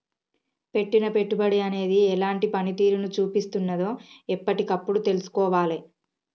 పెట్టిన పెట్టుబడి అనేది ఎలాంటి పనితీరును చూపిస్తున్నదో ఎప్పటికప్పుడు తెల్సుకోవాలే